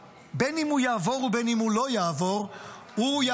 בין שהוא יעבור ובין שהוא לא יעבור,